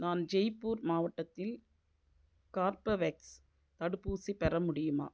நான் ஜெய்ப்பூர் மாவட்டத்தில் கார்பவேக்ஸ் தடுப்பூசி பெற முடியுமா